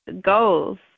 goals